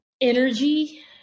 energy